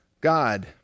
God